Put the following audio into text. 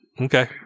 okay